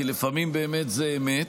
כי לפעמים באמת זו אמת,